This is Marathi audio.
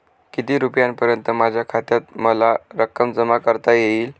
किती रुपयांपर्यंत माझ्या खात्यात मला रक्कम जमा करता येईल?